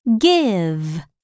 Give